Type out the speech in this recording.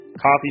coffee